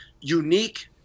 unique